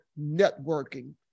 networking